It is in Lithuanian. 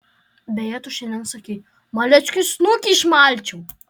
beje tu šiandien sakei maleckiui snukį išmalčiau